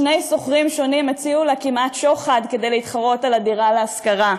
שני שוכרים שונים הציעו לה כמעט שוחד כדי להתחרות על הדירה להשכרה,